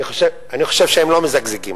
אני חושב שהם לא מזגזגים.